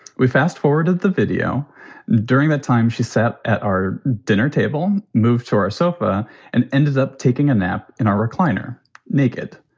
we fast forwarded the video during the time she sat at our dinner table, moved to our sofa and ended up taking a nap in our recliner naked.